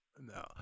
No